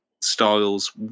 styles